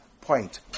point